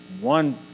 one